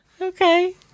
Okay